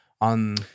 on